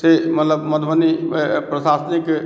से मतलब मधुबनी प्रशासनिक